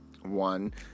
One